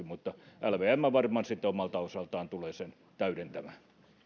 mutta lvm varmaan sitten omalta osaltaan tulee sen täydentämään